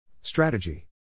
Strategy